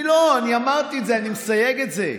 לא, אני אמרתי את זה, אני מסייג את זה.